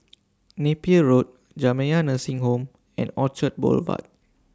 Napier Road Jamiyah Nursing Home and Orchard Boulevard